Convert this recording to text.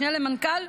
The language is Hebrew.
משנה למנכ"ל,